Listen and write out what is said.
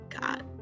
god